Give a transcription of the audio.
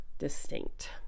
distinct